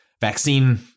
vaccine